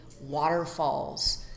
waterfalls